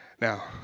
Now